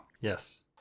Yes